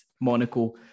Monaco